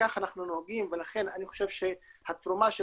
כך אנחנו נוהגים ולכן אני חושב שהתרומה של